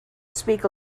speak